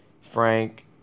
frank